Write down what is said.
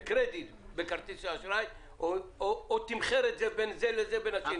של קרדיט בכרטיס האשראי או תמחר את זה בין זה לזה לבין השני?